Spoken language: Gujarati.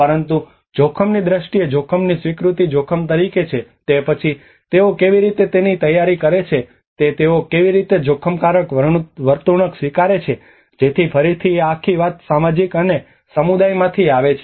પરંતુ જોખમની દ્રષ્ટિ જોખમની સ્વીકૃતિ જોખમ તરીકે છે તે પછી તેઓ કેવી રીતે તેની તૈયારી કરે છે તે તેઓ તેને કેવી રીતે જોખમકારક વર્તણૂક સ્વીકારે છે જેથી ફરીથી આ આખી વાત સામાજિક અને સમુદાયમાંથી આવે છે